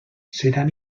seran